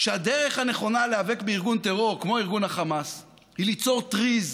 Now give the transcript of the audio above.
שהדרך הנכונה להיאבק בארגון טרור כמו ארגון החמאס היא ליצור טריז